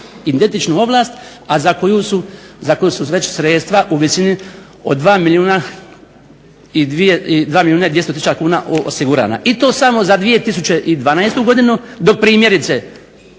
identičnu ovlast, a za koju su već sredstva u visini od 2 milijuna i 200 tisuća kuna osigurana i to samo za 2012. godinu. Dok primjerice